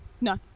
No